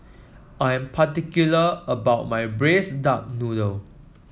I am particular about my Braised Duck Noodle